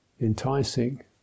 enticing